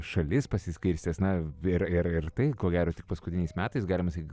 šalis pasiskirstęs na ir ir tai ko gero tik paskutiniais metais galima sakyti